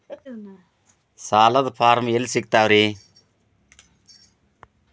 ಸಾಲದ ಫಾರಂ ಎಲ್ಲಿ ಸಿಕ್ತಾವ್ರಿ?